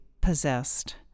possessed